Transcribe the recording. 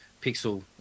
Pixel